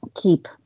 keep